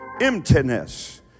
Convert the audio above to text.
Emptiness